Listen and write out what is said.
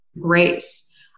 grace